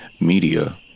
Media